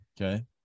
Okay